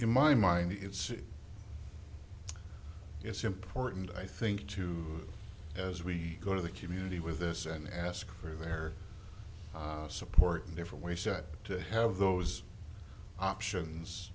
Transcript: in my mind the it's it's important i think to as we go to the community with this and ask for their support in different way said to have those options